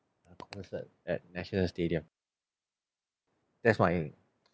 where's that at national stadium that's why